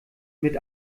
mit